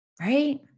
right